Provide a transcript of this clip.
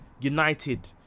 United